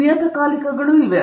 ಈ ನಿಯತಕಾಲಿಕೆಗಳು ಸರಿ